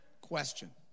Question